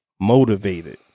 motivated